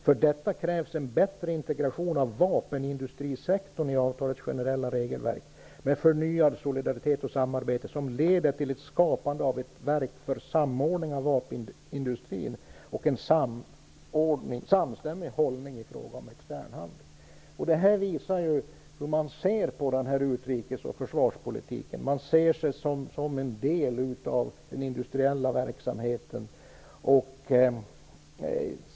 För detta krävs en bättre integration av vapenindustrisektorn i avtalets generella regelverk med förnyad solidaritet och samarbete som leder till ett skapande av ett verk för samordning av vapenindustrin och en samstämmig hållning i fråga om extern handel. Det visar hur man ser på utrikes och försvarspolitiken. Man ser den som en del av den industriella verksamheten.